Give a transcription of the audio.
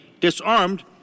disarmed